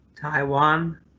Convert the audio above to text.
Taiwan